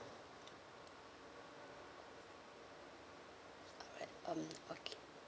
alright um okay